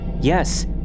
Yes